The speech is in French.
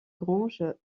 grange